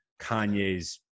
Kanye's